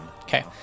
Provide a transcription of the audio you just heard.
Okay